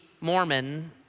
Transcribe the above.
Mormon